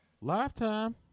Lifetime